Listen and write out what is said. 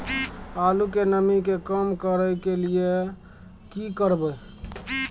आलू के नमी के कम करय के लिये की करबै?